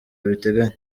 abiteganya